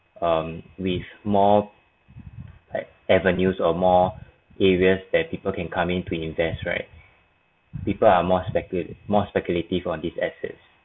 um with more like avenues or more areas that people can come in to invest right people are more specul~ more speculative on these assets